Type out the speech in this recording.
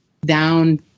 down